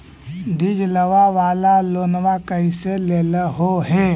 डीजलवा वाला लोनवा कैसे लेलहो हे?